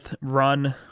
run